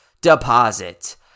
deposit